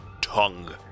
tongue